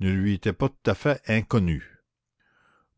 ne lui était pas tout à fait inconnue